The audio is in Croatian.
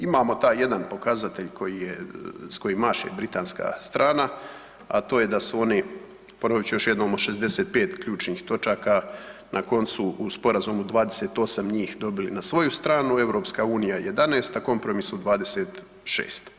Imamo taj jedan pokazatelj s kojim maše britanska strana a to je da su oni ponovit ću još jednom, od 65 ključnih točaka na koncu u sporazumu 28 njih dobili na svoju stranu, EU 11 a kompromisno 26.